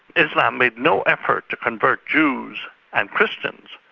islam made no effort to convert jews and christians,